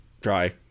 Try